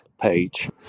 page